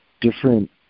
different